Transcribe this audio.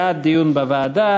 בעד דיון בוועדה,